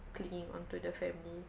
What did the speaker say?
clinging onto the family